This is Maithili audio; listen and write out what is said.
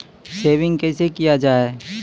सेविंग कैसै किया जाय?